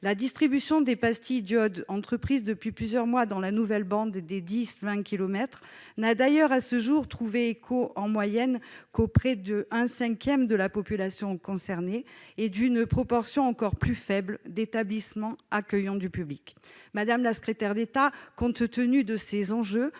La distribution des pastilles d'iode entreprise depuis plusieurs mois dans la nouvelle bande des dix à vingt kilomètres n'a d'ailleurs, à ce jour, trouvé écho en moyenne qu'auprès d'un cinquième de la population concernée et d'une proportion plus faible encore des établissements accueillant du public. Madame la secrétaire d'État, compte tenu de ces enjeux,